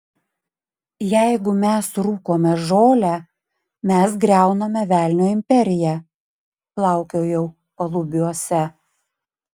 jeigu mes rūkome žolę mes griauname velnio imperiją plaukiojau palubiuose